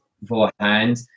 beforehand